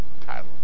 title